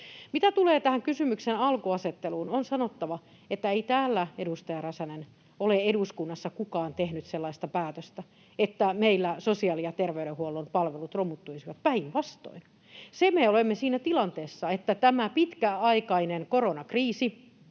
Mitä tulee tähän kysymyksen alkuasetteluun, niin on sanottava, että ei täällä, eduskunnassa, edustaja Räsänen, ole kukaan tehnyt sellaista päätöstä, että meillä sosiaali- ja tervey-denhuollon palvelut romuttuisivat — päinvastoin. Me olemme siinä tilanteessa, että tämä pitkäaikainen koronakriisi,